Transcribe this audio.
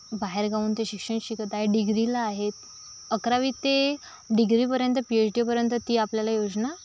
बाहेरगावाहून ते शिक्षण शिकत आहेत डिग्रीला आहेत अकरावी ते डिग्रीपर्यंत पीएच डी पर्यंत ती आपल्याला योजना